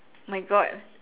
my god